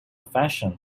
affection